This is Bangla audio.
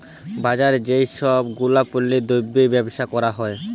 বাজারে যেই সব গুলাপল্য দ্রব্যের বেবসা ক্যরা হ্যয়